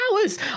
hours